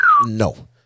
No